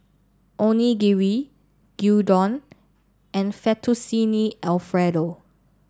Onigiri Gyudon and Fettuccine Alfredo